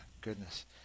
goodness